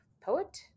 poet